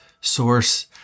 source